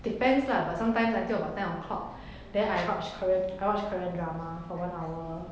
depends lah but sometimes until about ten o'clock then I wat~ korean I watch korean drama for one hour